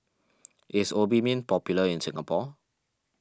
is Obimin popular in Singapore